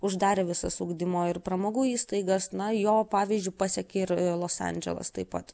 uždarė visas ugdymo ir pramogų įstaigas na jo pavyzdžiu pasekė ir los andželas taip pat